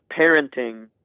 Parenting